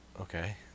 Okay